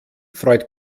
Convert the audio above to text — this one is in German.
freut